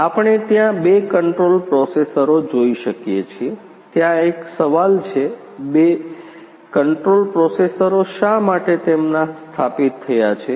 આપણે ત્યાં બે કંટ્રોલ પ્રોસેસરો જોઈ શકીએ છીએ ત્યાં એક સવાલ છે બે કંટ્રોલ પ્રોસેસરો શા માટે તેમના સ્થાપિત થયા છે